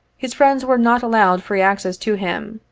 his friends were not allowed free access to him,